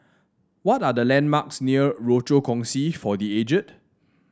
what are the landmarks near Rochor Kongsi for The Aged